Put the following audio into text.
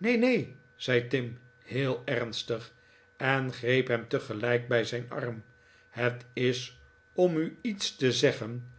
neen neen zei tim heel erhstig en greep hem tegelijk bij zijn arm het is om u iets te zeggen